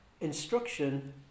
instruction